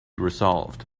resolved